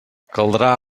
caldrà